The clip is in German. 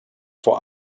vor